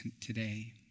today